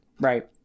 Right